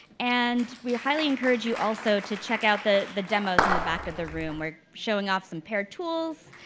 and we highly encourage you, also, to check out the the demos in if the back of the room. we're showing off some pair tools,